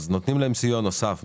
אז נותנים להם סיוע נוסף.